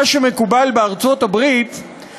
ממה שמקובל בארצות-הברית,